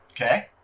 Okay